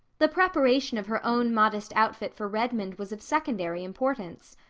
the preparation of her own modest outfit for redmond was of secondary importance.